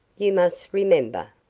you must remember,